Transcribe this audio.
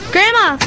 Grandma